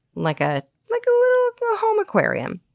like ah like a little home aquarium?